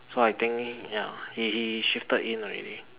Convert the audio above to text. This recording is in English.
so I think ya he he he shifted in already